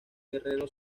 guerrero